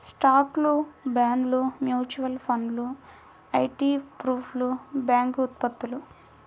స్టాక్లు, బాండ్లు, మ్యూచువల్ ఫండ్లు ఇ.టి.ఎఫ్లు, బ్యాంక్ ఉత్పత్తులు